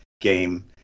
game